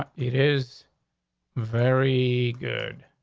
um it is very good.